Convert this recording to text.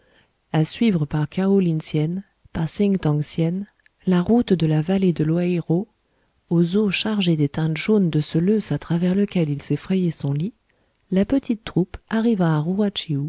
a suivre par kao lin sien par sing tong sien la route de la vallée de louei ro aux eaux chargées des teintes jaunes de ce loess à travers lequel il s'est frayé son lit la petite troupe arriva à